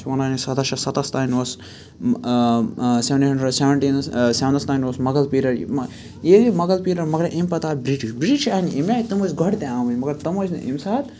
سُہ وَنان یہِ سَداہ شیٚتھ سَتَس تانۍ اوس سٮ۪ون ہَنڈرنڈ ایَنڈ سیٚونٹیٖنَس سٮ۪ونَس تام اوس مۄغل پیٖرڈ مہ ییلہِ مۄغَل پیٖرڈ مگر ییٚمہِ پتہٕ آو برٹش بِرٛٹش آیہِ امہِ آیہِ تِم ٲسۍ گۄڈٕ تہِ آمٕتۍ مگر تِم ٲسۍ نہٕ امہِ ساتہٕ